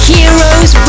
Heroes